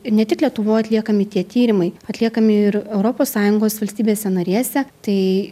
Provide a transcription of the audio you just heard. ir ne tik lietuvoj atliekami tie tyrimai atliekami ir europos sąjungos valstybėse narėse tai